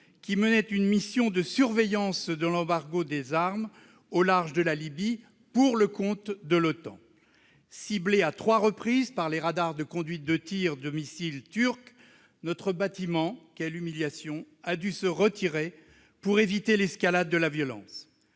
qui menait une mission de surveillance de l'embargo sur les armes au large de la Libye pour le compte de l'OTAN. Ciblé à trois reprises par les radars de conduite de tir des missiles turcs, notre bâtiment- quelle humiliation ! -a dû se retirer pour éviter l'escalade de la violence.